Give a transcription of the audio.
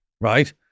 right